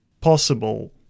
possible